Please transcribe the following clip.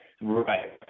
Right